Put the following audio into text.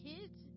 kids